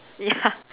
yeah